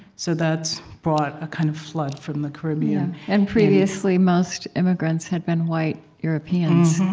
so that's brought a kind of flood from the caribbean and previously, most immigrants had been white europeans